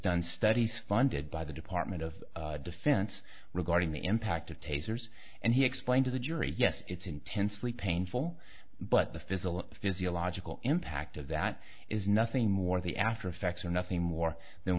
done studies funded by the department of defense regarding the impact of tasers and he explained to the jury yes it's intensely painful but the physical physiological impact of that is nothing more the after effects are nothing more than